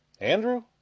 Andrew